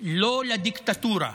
"לא לדיקטטורה,